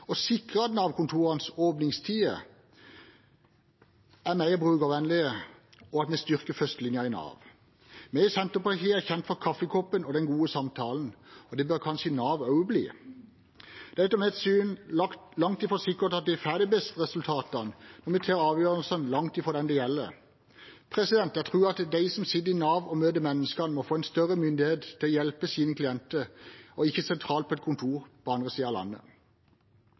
sikre at Nav-kontorenes åpningstider er mer brukervennlige, og at vi styrker førstelinjen i Nav. Vi i Senterpartiet er kjent for kaffekoppen og den gode samtalen, og det bør kanskje Nav også bli. Det er etter mitt syn langt fra sikkert at vi får de beste resultatene når vi tar avgjørelsene langt fra dem det gjelder. Jeg tror at de som sitter i Nav og møter menneskene, må få større myndighet til å hjelpe sine klienter, og ikke de som sitter sentralt på et kontor på andre siden av landet.